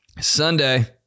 Sunday